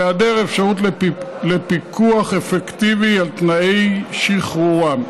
בהיעדר אפשרות לפיקוח אפקטיבי על תנאי שחרורם.